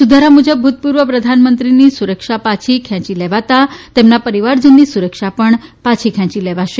સુધારા મુજબ ભૂતપૂર્વ પ્રધાનમંત્રીની સુરક્ષા પાછી ખેંચી લેવાતાં તેમના પરિવારજનની સુરક્ષા પણ પાછી ખેંચી લેવાશે